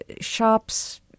shops